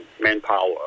manpower